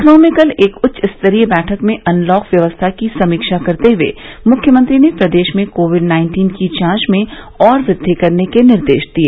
लखनऊ में कल एक उच्च स्तरीय बैठक में अनलॉक व्यवस्था की समीक्षा करते हुए मुख्यमंत्री ने प्रदेश में कोविड नाइन्टीन की जांच में और वृद्वि करने के निर्देश दिए